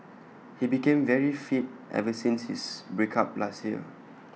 he became very fit ever since his break up last year